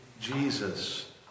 Jesus